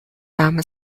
warme